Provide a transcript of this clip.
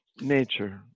nature